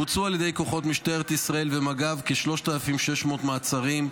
בוצעו על ידי כוחות משטרת ישראל ומג"ב כ-3,600 מעצרים,